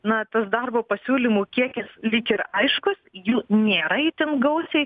na tas darbo pasiūlymų kiekis lyg ir aiškus jų nėra itin gausiai